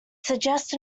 suggest